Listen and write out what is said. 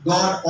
God